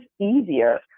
easier